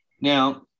Now